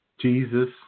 Jesus